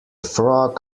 frog